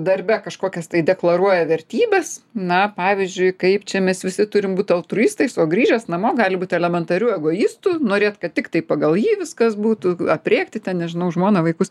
darbe kažkokias tai deklaruoja vertybes na pavyzdžiui kaip čia mes visi turim būti altruistais o grįžęs namo gali būt elementariu egoistu norėt kad tiktai pagal jį viskas būtų aprėkti ten nežinau žmoną vaikus